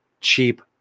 cheap